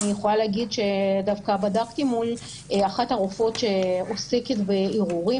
אני יכולה להגיד שדווקא בדקתי מול אחת הרופאות שעוסקת בערעורים,